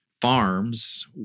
farms